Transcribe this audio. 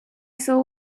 saw